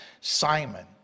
Simon